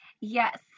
Yes